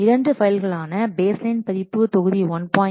இரண்டு ஃபைல்களான பேஸ்லைன் பதிப்பு தொகுதி1